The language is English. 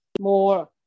more